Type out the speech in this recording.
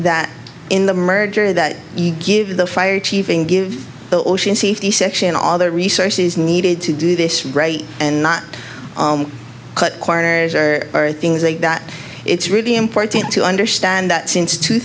that in the merger that you give the fire chief and give the ocean safety section all the resources needed to do this and not cut corners or or things like that it's really important to understand that since two